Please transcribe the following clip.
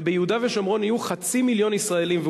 וביהודה ושומרון יהיו חצי מיליון ישראלים.